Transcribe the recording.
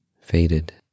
faded